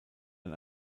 ein